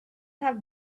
have